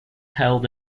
held